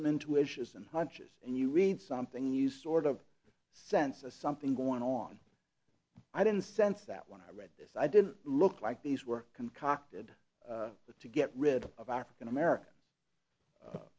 some intuitions and hunches and you read something you sort of sense as something going on i didn't sense that when i read this i didn't look like these were concocted the to get rid of african american